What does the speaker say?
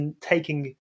taking